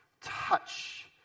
touch